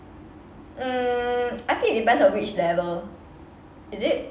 um I think it depends on which level is it